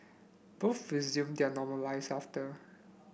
both resumed their normal lives after